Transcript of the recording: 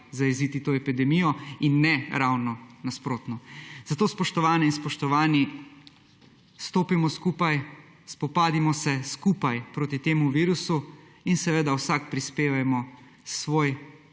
zajeziti to epidemijo in ne ravno nasprotno. Zato, spoštovane in spoštovani, stopimo skupaj, spopadimo se skupaj s tem virusom in seveda vsak prispevajmo svoj